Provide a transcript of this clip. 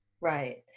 Right